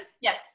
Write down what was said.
Yes